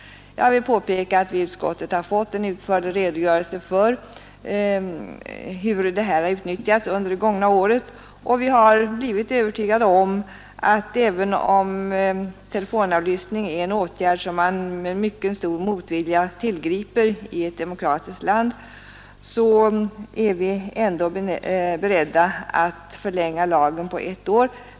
Jag vill påpeka att vi i utskottet har fått en utförlig redogörelse för hur det här har utnyttjats under det gångna året, och vi har blivit övertygade om behovet av att möjligheten till telefonavlyssning finns i detta fall. Även om telefonavlyssning är en åtgärd som man med mycket stor motvilja tillgriper i ett demokratiskt land, är vi alltså ändå beredda att förlänga lagen på ett år.